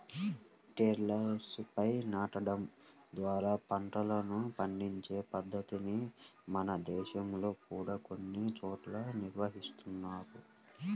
టెర్రస్లపై నాటడం ద్వారా పంటలను పండించే పద్ధతిని మన దేశంలో కూడా కొన్ని చోట్ల నిర్వహిస్తున్నారు